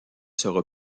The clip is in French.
sera